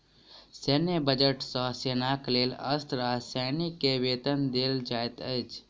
सैन्य बजट सॅ सेनाक लेल अस्त्र आ सैनिक के वेतन देल जाइत अछि